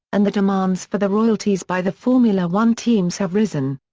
and the demands for the royalties by the formula one teams have risen.